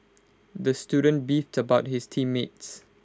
the student beefed about his team mates